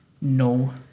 No